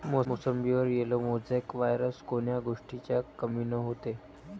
मोसंबीवर yellow mosaic virus कोन्या गोष्टीच्या कमीनं होते?